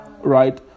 Right